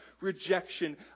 rejection